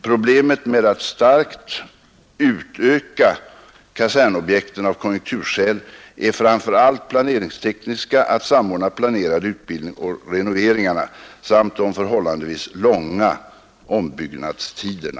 Problemet med att starkt utöka kasernobjekten av konjunkturskäl är framför allt planeringstekniska — att samordna planerad utbildning och renoveringarna — samt de förhållandevis långa ombyggnadstiderna.